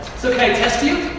so can i test you?